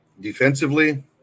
Defensively